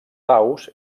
aus